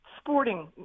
sporting